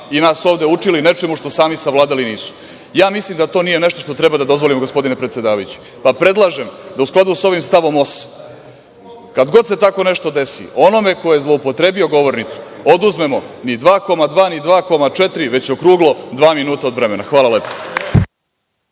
i nas ovde učili nečemu što i sami savladali nisu. Ja mislim da to nije nešto što treba da dozvolimo, gospodine predsedavajući. Zato predlažem da u skladu sa ovim stavom 8, kad god se tako nešto desi, onome ko je zloupotrebio govornicu oduzmemo ni 2,2 ni 2,4 već okruglo dva minuta od vremena. Hvala lepo.